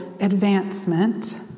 advancement